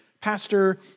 pastor